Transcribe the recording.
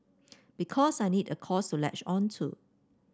because I need a cause to latch on to